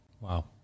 Wow